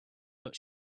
but